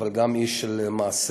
אבל גם איש של מעשה.